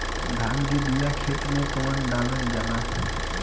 धान के बिया खेत में कब डालल जाला?